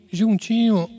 juntinho